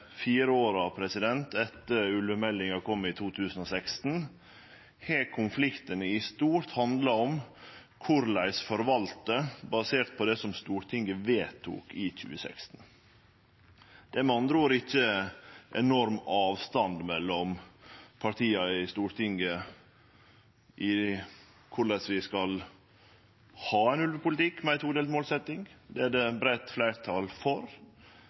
fire åra, etter at ulvemeldinga kom i 2016, har konfliktane i stort handla om korleis ein skal forvalte basert på det Stortinget vedtok i 2016. Det er med andre ord ikkje enorm avstand mellom partia i Stortinget når det gjeld korleis vi skal ha ein ulvepolitikk med ei todelt målsetjing – det er det eit breitt fleirtal for